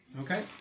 Okay